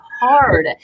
hard